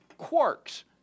quarks